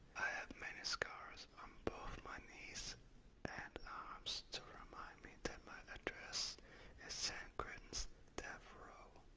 have many scars um both my knees and arms to remind me that my address is san quentin's death row.